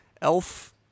Elf